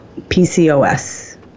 PCOS